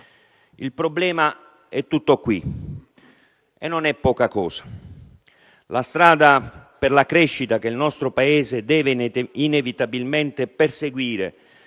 Il problema è tutto qui: e non è poca cosa! La strada per la crescita che il nostro Paese deve inevitabilmente perseguire,